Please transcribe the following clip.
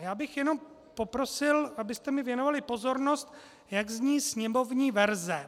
Já bych jenom poprosil, abyste mi věnovali pozornost, jak zní sněmovní verze.